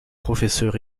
professeur